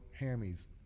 hammies